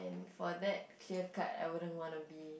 for that clear cut I wouldn't want to be